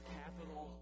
capital